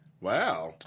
Wow